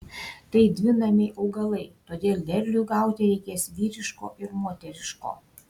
tai dvinamiai augalai todėl derliui gauti reikės vyriško ir moteriško